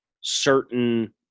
certain